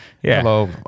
Hello